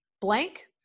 Blank